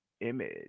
image